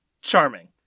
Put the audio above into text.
Charming